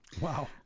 Wow